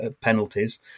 penalties